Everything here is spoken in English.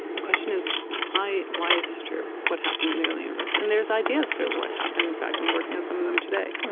the question is, why why is this true? what happened in the early universe? and there's ideas for what happened. in fact, i'm working on some of them today.